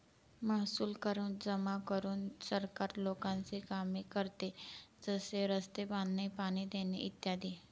महसूल कर जमा करून सरकार लोकांची कामे करते, जसे रस्ते बांधणे, पाणी देणे इ